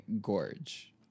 gorge